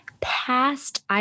past